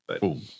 Boom